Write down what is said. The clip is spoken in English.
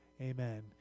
Amen